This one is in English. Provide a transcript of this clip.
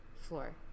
floor